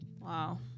wow